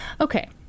Okay